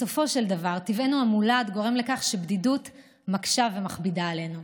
בסופו של דבר טבענו המולד גורם לכך שבדידות מקשה ומכבידה עלינו.